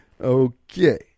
Okay